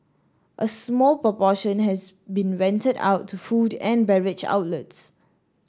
a small proportion has been rented out to food and beverage outlets